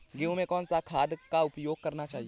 गेहूँ में कौन सा खाद का उपयोग करना चाहिए?